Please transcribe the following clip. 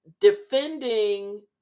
defending